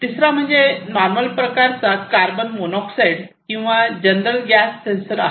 तिसरा म्हणजे नॉर्मल अशाप्रकारचा कार्बन मोनॉक्साईड किंवा जनरल गॅस सेंसर आहे